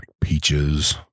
peaches